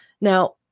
Now